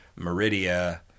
Meridia